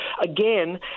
again